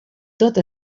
tot